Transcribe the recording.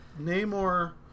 Namor